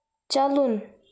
چلُن